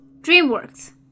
DreamWorks